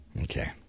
Okay